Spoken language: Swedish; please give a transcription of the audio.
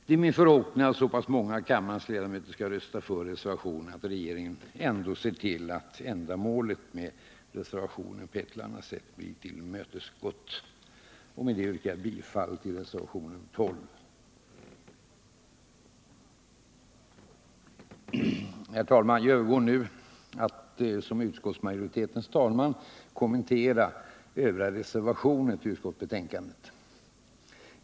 Det är min förhoppning att så pass många av kammarens ledamöter skall rösta för reservationen att regeringen ändå ser till att ändamålet med reservationen på ett eller annat sätt blir tillmötesgått. Med detta yrkar jag bifall till reservationen 12. Herr talman! Jag övergår nu till att som utskottsmajoritetens talesman kommentera övriga reservationer vid utskottsbetänkandet.